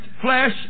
flesh